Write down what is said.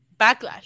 Backlash